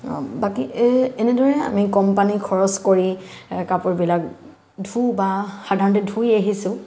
বাকী এনেদৰে আমি কম পানী খৰচ কৰি কাপোৰবিলাক ধো বা সাধাৰণতে ধুই আহিছো